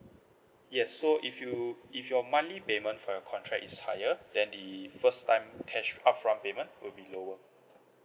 yes so if you if your monthly payment for your contract is higher than the first time cash upfront payment would be lowered